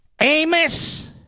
Amos